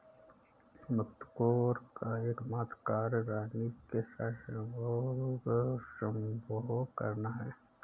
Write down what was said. मुकत्कोर का एकमात्र कार्य रानी के साथ संभोग करना है